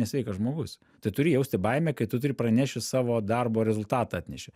nesveikas žmogus tu turi jausti baimę kai tu turi praneši savo darbo rezultatą atneši